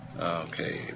Okay